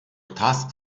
task